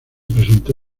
presentó